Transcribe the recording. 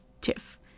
TIFF